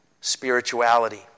spirituality